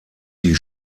die